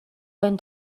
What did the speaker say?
ойн